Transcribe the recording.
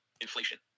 inflation